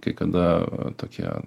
kai kada tokie